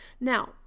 Now